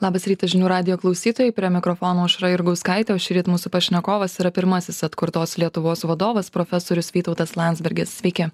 labas rytas žinių radijo klausytojai prie mikrofono aušra jurgauskaitė o šįryt mūsų pašnekovas yra pirmasis atkurtos lietuvos vadovas profesorius vytautas landsbergis sveiki